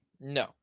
no